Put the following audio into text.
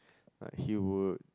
like he would